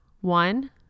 One